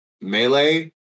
Melee